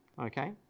okay